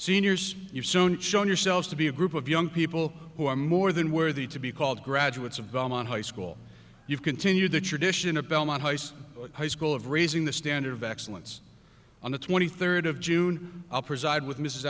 seniors you soon shown yourselves to be a group of young people who are more than worthy to be called graduates of belmont high school you continue the tradition of belmont ice high school of raising the standard of excellence on the twenty third of june up reside with mrs